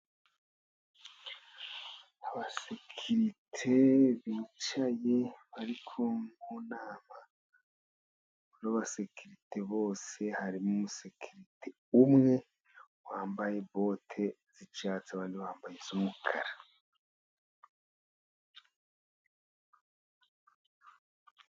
Abasekirite bicaye bari mu nama y'abasekirite bose, harimo umusekirite umwe wambaye bote z'icyatsi abandi bambaye iz'umukara.